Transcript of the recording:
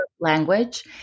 language